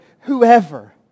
whoever